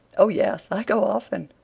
oh, yes, i go often.